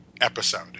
episode